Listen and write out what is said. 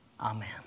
Amen